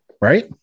Right